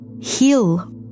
heal